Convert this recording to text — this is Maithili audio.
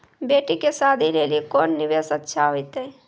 बेटी के शादी लेली कोंन निवेश अच्छा होइतै?